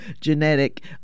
genetic